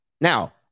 Now